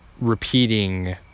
repeating